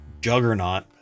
juggernaut